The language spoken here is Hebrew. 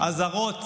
הזרות